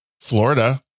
Florida